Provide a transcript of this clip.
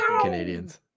Canadians